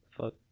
Fuck